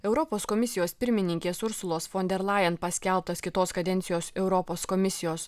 europos komisijos pirmininkės ursulos fon der lajen paskelbtas kitos kadencijos europos komisijos